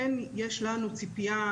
כן יש לנו ההורים ציפייה,